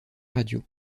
radio